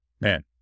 Man